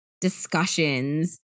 discussions